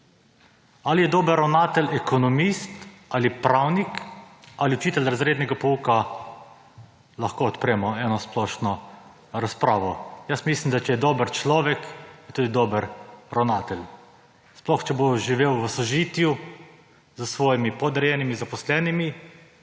Ali je dober ravnatelj ekonomist ali pravnik ali učitelj razrednega pouka, lahko odpremo eno splošno razpravo. Jaz mislim, da če je dober človek, je tudi dober ravnatelj. Sploh, če bo živel v sožitju s svojimi podrejenimi, zaposlenimi,